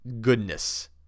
goodness